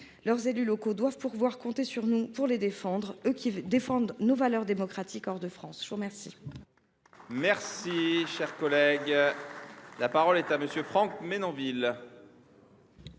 Leurs élus locaux doivent pouvoir compter sur nous pour les défendre, eux qui défendent nos valeurs démocratiques hors de France. La parole